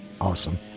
Awesome